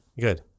Good